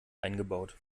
eingebaut